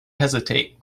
hesitate